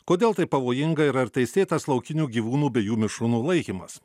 kodėl taip pavojinga ir ar teisėtas laukinių gyvūnų bei jų mišrūnų laikymas